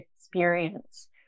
experience